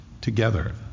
together